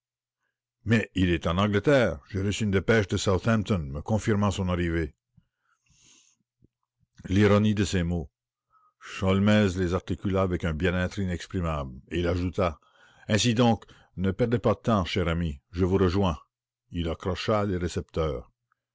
mais il est en angleterre j'ai reçu une dépêche de southampton me confirmant son arrivée l'ironie de ces mots sholmès les articula avec un bien-être inexprimable et il ajouta ainsi donc ne perdez pas de temps chère amie je vous rejoins il accrocha le récepteur